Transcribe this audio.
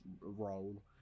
role